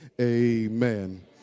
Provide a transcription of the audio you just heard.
amen